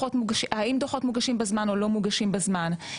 האם דו"חות מוגשים בזמן או לא מוגשים בזמן?